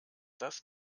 das